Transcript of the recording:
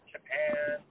Japan